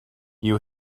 you